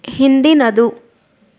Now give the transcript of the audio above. ಹಿಂದಿನದು